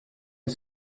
est